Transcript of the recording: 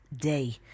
day